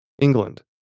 england